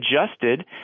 adjusted